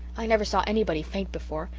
i never saw anybody faint before,